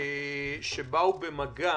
שבאו במגע